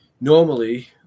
Normally